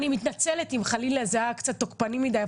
אני מתנצלת אם חלילה זה היה קצת תוקפני מדיי,